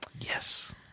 Yes